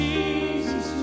Jesus